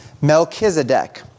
Melchizedek